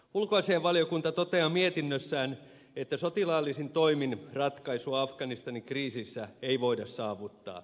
ulkoasiainvaliokunta toteaa mietinnössään että sotilaallisin toimin ratkaisua afganistanin kriisissä ei voida saavuttaa